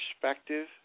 perspective